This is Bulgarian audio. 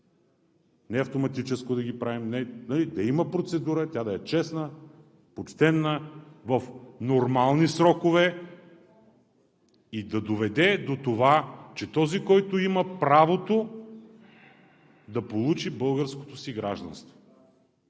Не автоматично да ги правим. Не! Да има процедура, тя да е честна, почтена, в нормални срокове и да доведе до това, че този, който има правото, да получи българското си гражданство.